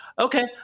Okay